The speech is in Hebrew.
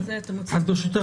אתם עושים --- רק ברשותך,